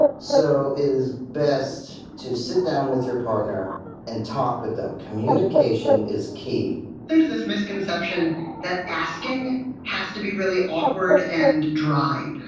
so it is best to sit down with your partner and talk with them. communication is key there's this misconception that asking to be really awkward and dry!